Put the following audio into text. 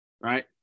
right